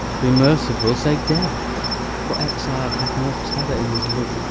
be merciful, say death for exile hath more terror in his look,